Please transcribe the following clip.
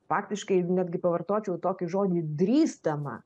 faktiškai netgi pavartočiau tokį žodį drįstama